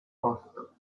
posto